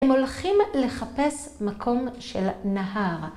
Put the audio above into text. הם הולכים לחפש מקום של נהר.